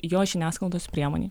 jo žiniasklaidos priemonei